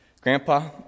Grandpa